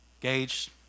Gauge